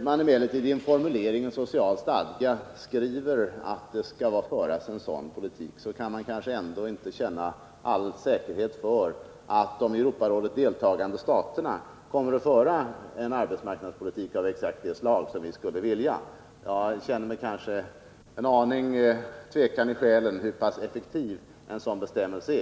man emellertid i en formulering i en social stadga skriver att länderna skall föra en sådan politik, kan man kanske ändå inte känna full säkerhet för att de i Europarådet deltagande staterna kommer att föra en arbetsmarknadspolitik av exakt det slag som vi skulle vilja ha. Jag känner kanske en aning tvekan om hur pass effektiv en sådan bestämmelse är.